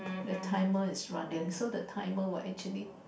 the timer is running so the timer will actually